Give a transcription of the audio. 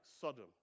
Sodom